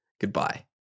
goodbye